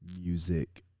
music